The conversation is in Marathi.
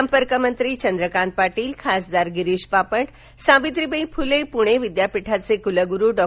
संपर्कमंत्री चंद्रकांत पाटील खासदार गिरीश बापट सावित्रीबाई फुले पुणे विद्यापीठाचे कुलगुरू डॉ